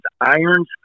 irons